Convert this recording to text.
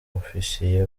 ofisiye